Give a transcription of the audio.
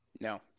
No